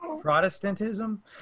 Protestantism